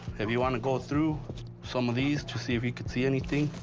if you wan go through some of these to see if you can see anything.